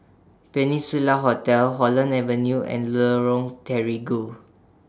Peninsula Hotel Holland Avenue and Lorong Terigu